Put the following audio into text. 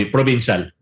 Provincial